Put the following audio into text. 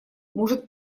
может